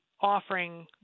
offering